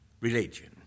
religion